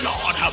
Lord